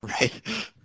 Right